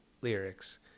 lyrics